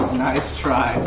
nice try.